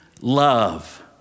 love